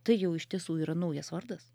tai jau iš tiesų yra naujas vardas